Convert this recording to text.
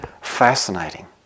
fascinating